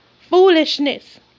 Foolishness